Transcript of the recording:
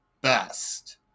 best